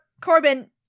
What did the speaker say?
Corbin